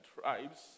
tribes